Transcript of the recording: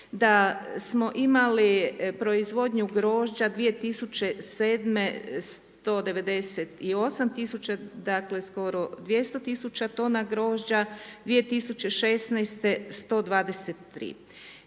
Da smo imali proizvodnju grožđa 2007. 198 tisuća, dakle, skoro 200 tisuća tona grožđa, 2016. 123.